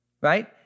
Right